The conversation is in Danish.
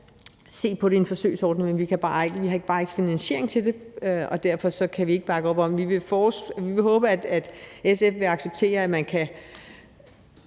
se på det i en forsøgsordning, men vi har bare ikke finansiering til det, og derfor kan vi ikke bakke op om det. Vi vil håbe, at SF vil acceptere, at man kan